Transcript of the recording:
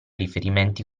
riferimenti